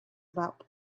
about